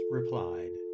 replied